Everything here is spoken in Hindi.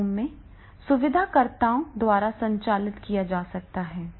चैट रूम को सुविधाकर्ताओं द्वारा संचालित किया जा सकता है